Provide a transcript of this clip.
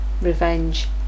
revenge